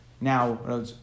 now